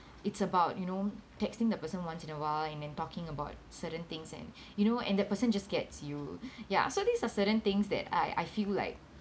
it's about you know texting the person once in a while and then talking about certain things and you know and the person just gets you ya so these are certain things that I I feel like